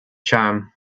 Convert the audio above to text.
charm